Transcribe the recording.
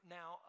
now